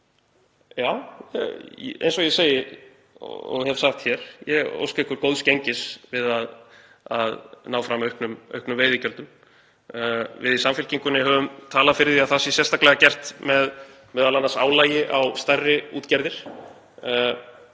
Já, eins og ég segi og hef sagt hér, ég óska ykkur góðs gengis við að ná fram auknum veiðigjöldum. Við í Samfylkingunni höfum talað fyrir því að það sé sérstaklega gert með m.a. álagi á stærri útgerðir,